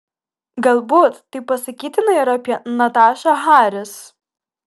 galbūt tai pasakytina ir apie natašą haris